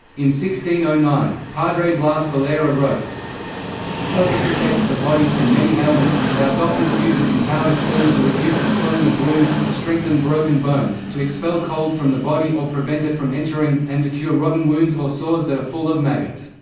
ah nine, padre blas valera wrote coca protects the body from many ailments, and our doctors use it in powdered form to reduce the swelling of wounds, to strengthen broken bones, to expel cold from the body or prevent it from entering, and to cure rotten wounds or sores that are full of maggots.